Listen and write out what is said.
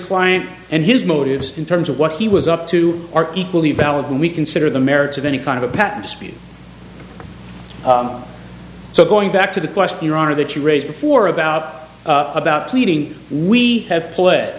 client and his motives in terms of what he was up to are equally valid when we consider the merits of any kind of a patent dispute so going back to the question your honor that you raised before about about pleading we have p